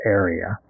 area